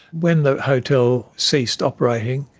when the hotel ceased operating,